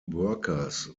workers